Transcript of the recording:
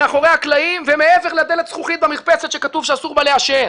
מאחורי הקלעים ומעבר לדלת הזכוכית במרפסת שכתוב שאסור בה לעשן,